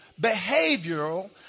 behavioral